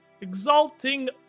exalting